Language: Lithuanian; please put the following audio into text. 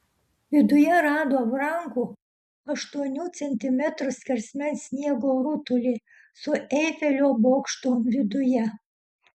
viduje rado brangų aštuonių centimetrų skersmens sniego rutulį su eifelio bokštu viduje